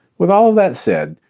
with all of that said,